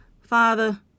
Father